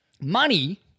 Money